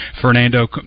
Fernando